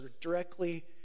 directly